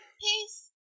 Peace